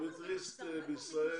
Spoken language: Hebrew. אופטומטריסט בישראל,